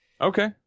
Okay